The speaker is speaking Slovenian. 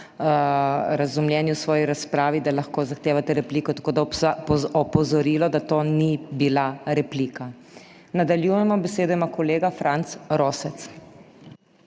razumljeni v svoji razpravi, da lahko zahtevate repliko, tako da vas opozarjam, da to ni bila replika. Nadaljujemo. Besedo ima kolega Franc Rosec.